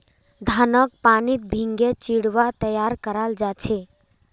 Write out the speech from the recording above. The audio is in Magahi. धानक पानीत भिगे चिवड़ा तैयार कराल जा छे